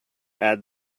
add